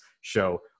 show